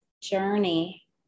journey